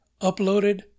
uploaded